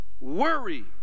worry